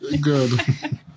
Good